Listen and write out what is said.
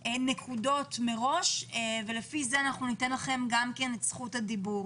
יהודית, ולפי זה ניתן לכם את זכות הדיבור.